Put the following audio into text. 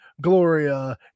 gloria